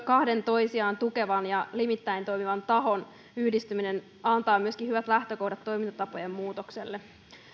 kahden toisiaan tukevan ja limittäin toimivan tahon yhdistyminen antaa myöskin hyvät lähtökohdat toimintatapojen muutokselle